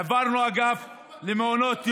שיגעון זה, העברנו אגף למעונות יום.